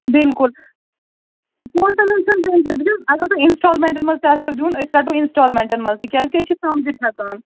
بِلکُل پونٛسَن ہٕنٛز چھَنہٕ ٹینشَن وُچھ حظ اگر تُہۍ اِنسٹالمینٹَن منٛز تہِ آسیِٚو دیُن أسۍ رَٹو اِنسٹالمینٹَن منٛز تہِ کیٛازِکہِ أسۍ چھِ سَمجِتھ ہیٚکان